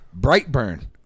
Brightburn